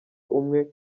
umwe